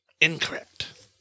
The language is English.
Incorrect